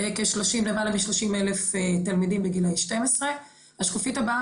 למעלה מ-30 אלף תלמידים בגילאי 12. השקופית הבאה